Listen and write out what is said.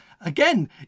again